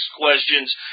questions